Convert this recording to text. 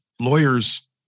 lawyers